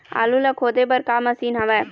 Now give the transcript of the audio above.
आलू ला खोदे बर का मशीन हावे?